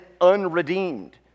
unredeemed